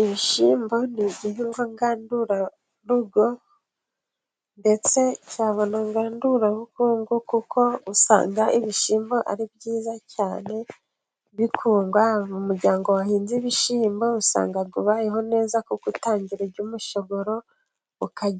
Ibishyimbo ni igihingwa ngandurarugo, ndetse cyaba na ngandurabukungu, kuko usanga ibishyimbo ari byiza cyane, bikundwa mu muryango wahinze ibishyimbo, usanga ubayeho neza, kuko utangira ury'umushogororo,